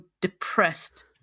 depressed